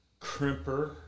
crimper